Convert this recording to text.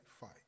fight